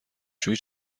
شویی